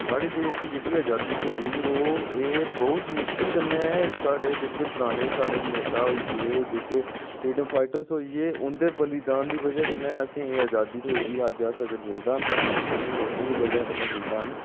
साढ़े देश गी जेह्ड़ी अजादी थ्होई दी ओह् एह् बहूत मुशकिल कन्नै साढ़े जेह्के पराने साढ़े नेता होई गे जेह्के फ्रीडम फाइटर होई गे उं'दे बलिदान दी बजह कन्नै असेंगी एह् अजादी थ्होई दी अज्ज अगर जिंदा हा ते उ'नें उ'नें लोके दी बजह कन्नै जिंदा ना